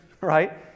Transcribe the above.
right